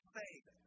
faith